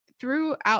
throughout